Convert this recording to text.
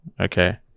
Okay